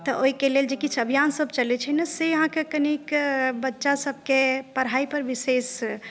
तऽ ओहिके लेल किछु अभियान सभ चलै छै ने से कनिक अहाँकेँ बच्चा सभकेँ पढ़ाई पर विशेष